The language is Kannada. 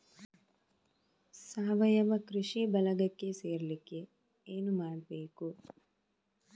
ಸಾವಯವ ಕೃಷಿ ಬಳಗಕ್ಕೆ ಸೇರ್ಲಿಕ್ಕೆ ಏನು ಮಾಡ್ಬೇಕು?